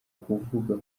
kuvuga